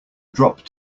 drop